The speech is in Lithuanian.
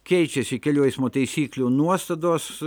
keičiasi kelių eismo taisyklių nuostatos